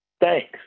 thanks